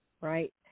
right